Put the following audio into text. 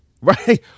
Right